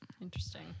Interesting